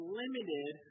limited